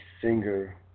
singer